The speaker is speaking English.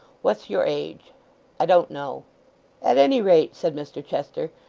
what's your age i don't know at any rate said mr chester,